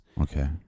Okay